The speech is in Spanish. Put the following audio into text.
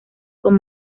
con